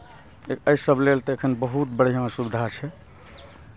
एहिसभ लेल तऽ एखन बहुत बढ़िआँ सुविधा छै